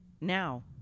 Now